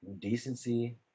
decency